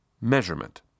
Measurement